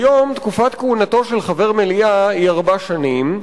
כיום, תקופת כהונתו של חבר מליאה היא ארבע שנים,